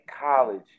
college